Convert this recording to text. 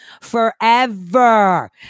Forever